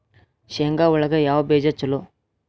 ಶೇಂಗಾ ಒಳಗ ಯಾವ ಬೇಜ ಛಲೋ?